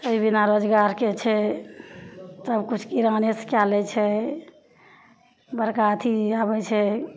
एहि बिना रोजगारके छै तब किछु किरानेसे कै लै छै बड़का अथी आबै छै